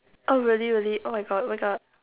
oh really really oh my god oh my god